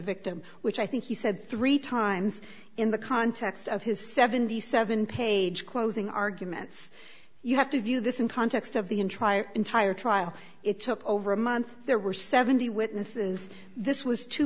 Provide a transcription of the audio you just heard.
victim which i think he said three times in the context of his seventy seven page closing arguments you have to view this in context of the in trial entire trial it took over a month there were seventy witnesses this was two